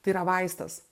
tai yra vaistas